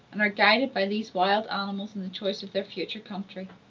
and are guided by these wild animals in the choice of their future country.